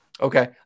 Okay